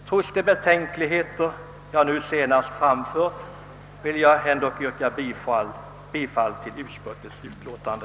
Trots de betänkligheter jag nu senast framfört vill jag yrka bifall till utskottets utlåtande.